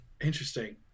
Interesting